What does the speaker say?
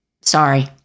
Sorry